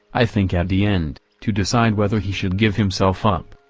i think at the end, to decide whether he should give himself up.